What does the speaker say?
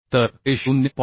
तर ते 0